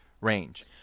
range